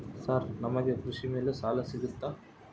Sir ನಮಗೆ ಕೃಷಿ ಮೇಲೆ ಸಾಲ ಸಿಗುತ್ತಾ?